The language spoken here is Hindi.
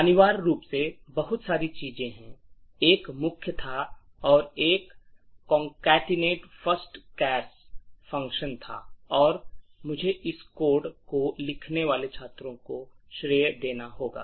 अनिवार्य रूप से बहुत सारी चीजें हैं एक मुख्य था और एक concatenate first chars function था और मुझे इस कोड को लिखने वाले छात्रों को श्रेय देना होगा